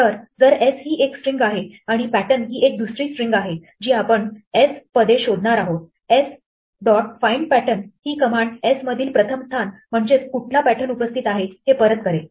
तर जर s ही एक स्ट्रिंग आहे आणि pattern ही एक दुसरी स्ट्रिंग आहे जी आपण s पदे शोधणार आहोतs dot find pattern ही कमांड s मधील प्रथम स्थान म्हणजेच कुठला pattern उपस्थित आहे हे परत करेल